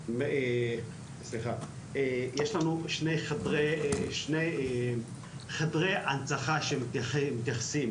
יש לנו שני חדרי הנצחה שמתייחסים